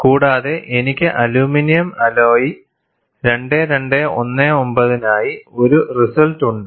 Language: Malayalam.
കൂടാതെ എനിക്ക് അലുമിനിയം അലോയ് 2219 നായി ഒരു റിസൾട്ട് ഉണ്ട്